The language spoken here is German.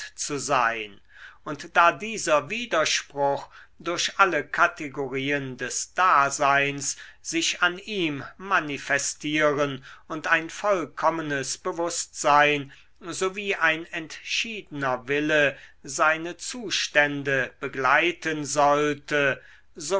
zu sein und da dieser widerspruch durch alle kategorien des daseins sich an ihm manifestieren und ein vollkommenes bewußtsein sowie ein entschiedener wille seine zustände begleiten sollte